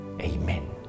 Amen